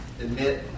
admit